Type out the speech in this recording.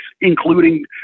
including